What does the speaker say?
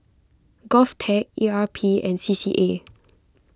Govtech E R P and C C A